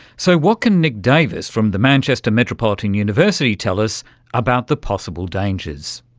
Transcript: so what can nick davis from the manchester metropolitan university tell us about the possible dangers?